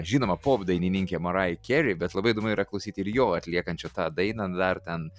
žinoma popdainininkė marai keri bet labai įdomu yra klausyti ir jo atliekant čia tą dainą dar ten